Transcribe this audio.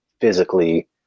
physically